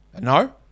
No